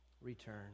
Return